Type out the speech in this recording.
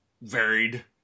varied